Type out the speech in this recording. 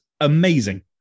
amazing